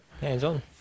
Hands-on